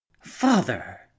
Father